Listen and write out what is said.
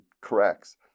corrects